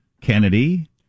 Kennedy